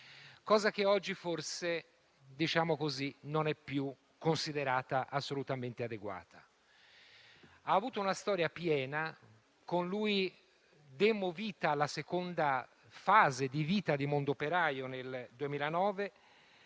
cosa che oggi forse non è più considerata assolutamente adeguata. Ha avuto una storia piena; con lui demmo vita alla seconda fase di «Mondoperaio» nel 2009,